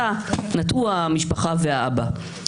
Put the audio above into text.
לא אמרתי את זה.